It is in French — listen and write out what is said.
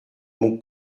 mon